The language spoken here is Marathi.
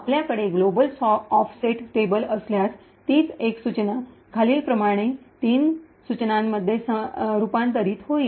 आपल्याकडे ग्लोबल ऑफसेट टेबल असल्यास तीच एक सूचना खालीलप्रमाणे तीन सूचनांमध्ये रूपांतरित होईल